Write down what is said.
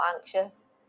anxious